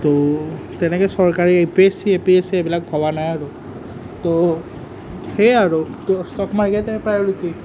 তো তেনেকৈ চৰকাৰী A P S E U P S E এইবিলাক ভবা নাই আৰু তো সেইয়াই আৰু তো ষ্টক মাৰ্কেটেই প্ৰাইঅ'ৰিটি